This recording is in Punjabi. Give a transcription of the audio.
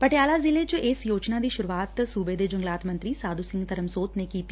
ਪਟਿਆਲਾ ਜ਼ਿਲ੍ਹੇ ਚ ਇਸ ਯੋਜਨਾ ਦੀ ਸ਼ੁਰੁਆਤ ਸੂਬੇ ਦੇ ਜੰਗਲਾਤ ਮੰਤਰੀ ਸਾਧੂ ਸਿੰਘ ਧਰਮਸੋਤ ਨੇ ਕੀਤੀ